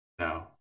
No